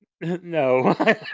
No